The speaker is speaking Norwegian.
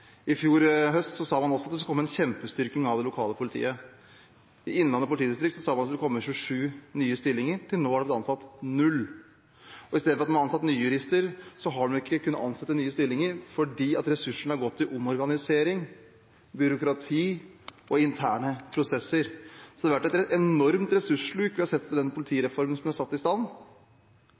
I fjor høst sa man også at det skulle komme en kjempestyrking av det lokale politiet. I Innlandet politidistrikt sa man at det skulle komme 27 nye stillinger. Til nå har det blitt ansatt null. I stedet for at man har ansatt nye jurister, har de ikke kunnet ansette nye, fordi ressursene har gått til omorganisering, byråkrati og interne prosesser. Så vi har sett et enormt ressurssluk i forbindelse med den politireformen som er satt i